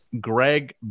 Greg